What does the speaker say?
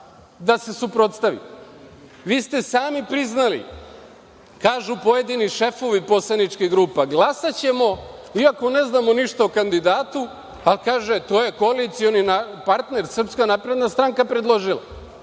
da se suprotstavi. Vi ste sami priznali, kažu pojedini šefovi poslaničkih grupa – glasaćemo, iako ne znamo ništa o kandidatu, ali kaže – to je koalicioni partner SNS je predložila,